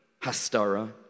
Hastara